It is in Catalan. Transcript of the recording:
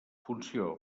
funció